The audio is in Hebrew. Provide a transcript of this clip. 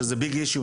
שזה Big Issue,